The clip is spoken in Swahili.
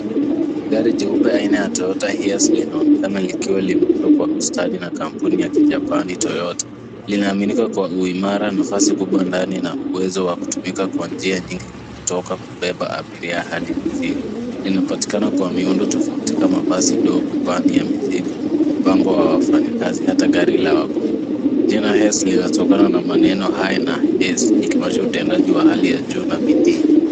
Gari jeupe aina ya toyota hias linaonekana likiwa limeundwa kwa ustadi na kampuni ya kijapani toyota. Linaaminika kua uimara, nafasi kubwa ndani na uwezo wa kutumika kwa njia nyingi tofauti, kutoka kubeba abiria hadi mizigo. Inapatikana kwa miundo tofauti kama basi dogo, vani ya mizigo, mpango wa wafanyikazi, hata gari la wagonjwa. Jina hias linatokana na maneno 'I' na 'S' likimanisha utendaji wa hali ya juu na bidii.